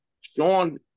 Sean